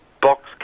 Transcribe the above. Box